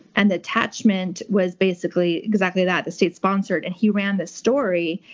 and the attachment was basically exactly that, the state-sponsored. and he ran this story,